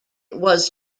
was